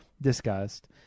discussed